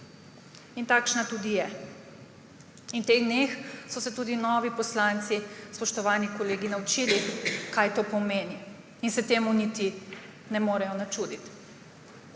In takšna tudi je. In v teh dneh so se tudi novi poslanci, spoštovani kolegi naučili, kaj to pomeni in se temu niti ne morejo načuditi.